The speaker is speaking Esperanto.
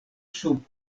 sub